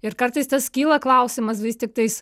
ir kartais tas kyla klausimas vis tiktais